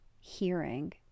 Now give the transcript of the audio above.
hearing